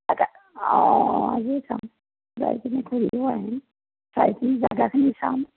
অ' আজি যাম যাইকেনে ঘূৰিও আহিম যাইকেনে জেগাখিনি চাম